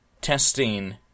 testing